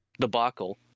debacle